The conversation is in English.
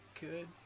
good